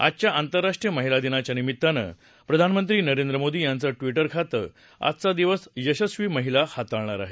आजच्या आंतरराष्ट्रीय महिला दिनाच्या निमित्ताने प्रधानमंत्री नरेंद्र मोदी यांच ट्विटर खातं आजचा दिवस यशस्वी महिला हाताळणार आहेत